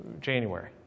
January